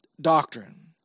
doctrine